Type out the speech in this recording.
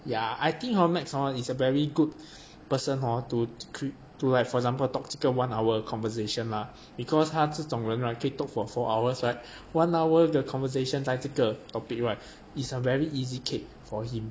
ya I think hor max hor is a very good person hor to to like for example talk 这个 one hour conversation lah because 他这种人 right 可以 talk for four hours right one hour 的 conversation 在这个 topic right is a very easy cake for him